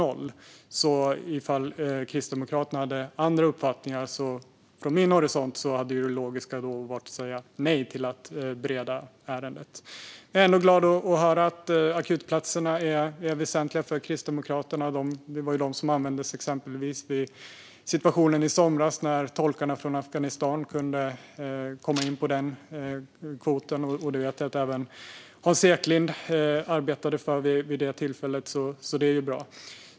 Om nu Kristdemokraterna hade andra uppfattningar hade det logiska från min horisont varit att säga nej till att bereda ärendet. Jag är ändå glad att höra att akutplatserna är väsentliga för Kristdemokraterna. De användes till exempel i somras för att ta hit tolkarna från Afghanistan, och jag vet att även Hans Eklind arbetade för detta då, vilket var bra.